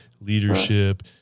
leadership